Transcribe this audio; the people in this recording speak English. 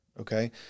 okay